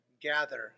gather